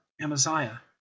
Amaziah